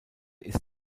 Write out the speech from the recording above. ist